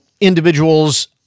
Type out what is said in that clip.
individuals